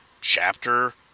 chapter